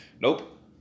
Nope